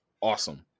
awesome